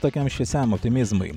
tokiam šviesiam optimizmui